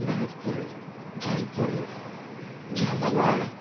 Bharatpur Dholpur Jhalawar